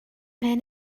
mhen